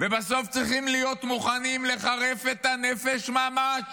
ובסוף צריכים להיות מוכנים לחרף את הנפש ממש.